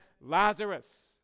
Lazarus